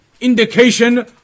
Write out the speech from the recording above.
indication